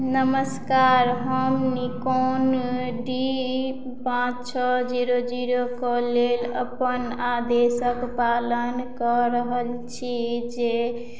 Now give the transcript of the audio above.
नमस्कार हम Nikon D पाँच छओ जीरो जीरो कऽ लेल अपन आदेशक पालन कऽ रहल छी जे